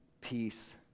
peace